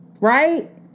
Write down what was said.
Right